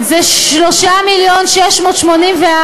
מה עם, שמממנת את שרת המשפטים?